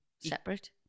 separate